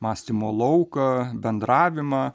mąstymo lauką bendravimą